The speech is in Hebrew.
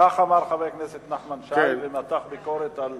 כך אמר חבר הכנסת נחמן שי ומתח ביקורת על